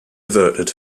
averted